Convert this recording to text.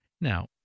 Now